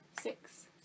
six